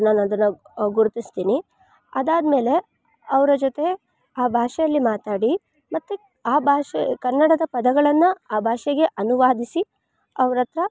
ನಾನು ಅದನ್ನು ಗುರುತಿಸ್ತಿನಿ ಅದಾದಮೇಲೆ ಅವರ ಜೊತೆ ಆ ಭಾಷೆಯಲ್ಲಿ ಮಾತಾಡಿ ಮತ್ತು ಆ ಭಾಷೆ ಕನ್ನಡದ ಪದಗಳನ್ನು ಆ ಭಾಷೆಗೆ ಅನುವಾದಿಸಿ ಅವ್ರಹತ್ರ